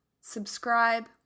subscribe